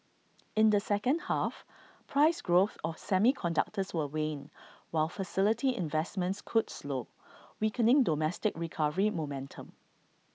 in the second half price growth of semiconductors will wane while facility investments could slow weakening domestic recovery momentum